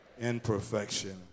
Imperfection